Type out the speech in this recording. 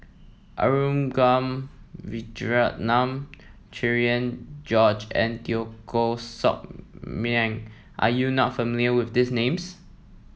Arumugam Vijiaratnam Cherian George and Teo Koh Sock Miang are you not familiar with these names